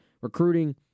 recruiting